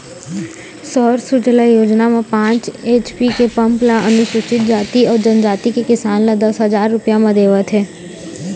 सौर सूजला योजना म पाँच एच.पी के पंप ल अनुसूचित जाति अउ जनजाति के किसान ल दस हजार रूपिया म देवत हे